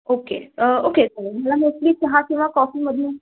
okay okay चालेल मला mostly चहा किंवा कॉफीमधून